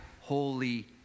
holy